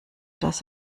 das